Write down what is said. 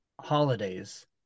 holidays